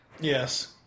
Yes